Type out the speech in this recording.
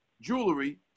jewelry